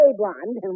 blonde